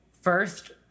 first